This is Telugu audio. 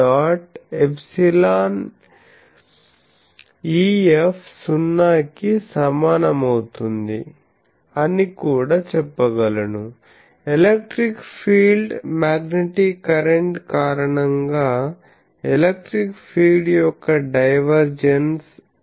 ∈EF సున్నా కి సమానమవుతుంది అని కూడా చెప్పగలనుఎలక్ట్రిక్ ఫీల్డ్మ్యాగ్నెటిక్ కరెంట్ కారణం గా ఎలక్ట్రిక్ ఫీల్డ్ యొక్క డైవర్జెన్స్ 0